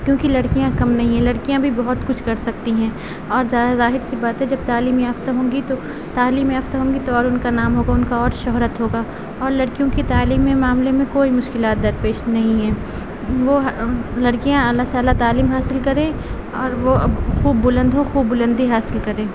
کیونکہ لڑکیاں کم نہیں ہیں لڑکیاں بھی بہت کچھ کر سکتی ہیں اور ظاہر سی بات ہے جب تعلیم یافتہ ہوں گی تو تعلیم یافتہ ہوں گی تو اور ان کا نام ہوگا ان کا اور شہرت ہوگا اور لڑکیوں کی تعلیمی معاملے میں کوئی مشکلات درپیش نہیں ہے وہ لڑکیاں اعلیٰ سے اعلیٰ تعلیم حاصل کریں اور وہ خوب بلند ہوں خوب بلندی حاصل کریں